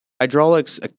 hydraulics